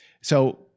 So-